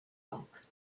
bulk